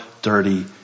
Dirty